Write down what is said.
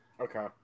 Okay